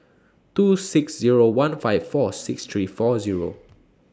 two six Zero one five four six three four Zero